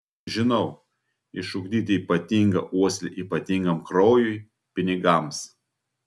žinau išugdyti ypatingą uoslę ypatingam kraujui pinigams